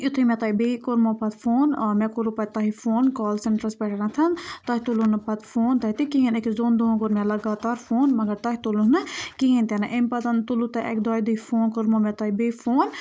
یُتھُے مےٚ تۄہہِ بیٚیہِ کوٚرمو پَتہٕ فون مےٚ کوٚروٗ پَتہٕ تۄہہِ فون کال سٮ۪نٹَرَس پٮ۪ٹھ تۄہہِ تُلوٗ نہٕ پَتہٕ فون تَتہِ کِہیٖنۍ أکِس دۄن دۄہَن کوٚر مےٚ لگاتار فون مگر تۄہہِ تُلوٗ نہٕ کِہیٖنۍ تہِ نہٕ اَمہِ پَتہٕ تُلوٗ تۄہہِ اَکہِ دۄیہِ دُے فون کوٚرمو مے تۄہہِ بیٚیہِ فون